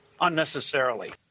unnecessarily